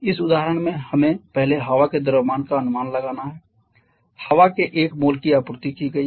इस उदाहरण में हमें पहले हवा के द्रव्यमान का अनुमान लगाना है हवा के एक तिल की आपूर्ति की गई है